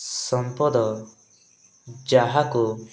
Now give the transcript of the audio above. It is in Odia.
ସମ୍ପଦ ଯାହାକୁ